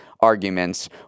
arguments